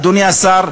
אדוני השר,